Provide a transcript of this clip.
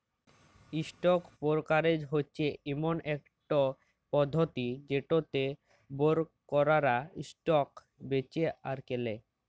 stock brokerage হচ্যে ইমন একট পধতি যেটতে বোরকাররা ইসটক বেঁচে আর কেলে